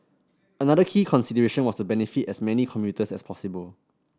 another key consideration was to benefit as many commuters as possible